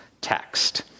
Text